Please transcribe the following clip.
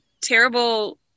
terrible